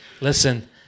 Listen